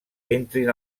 entrin